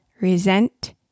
Resent